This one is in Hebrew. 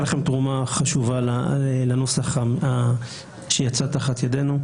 לכם תרומה חשובה לנוסח שיצא תחת ידינו.